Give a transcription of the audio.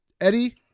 Eddie